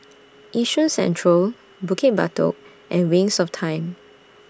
Yishun Central Bukit Batok and Wings of Time